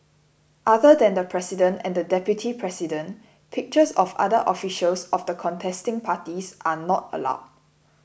other than the president and deputy president pictures of other officials of the contesting parties are not allowed